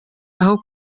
aho